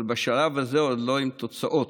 אבל בשלב הזה עוד אין תוצאות,